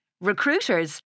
Recruiters